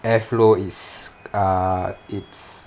air flow is uh it's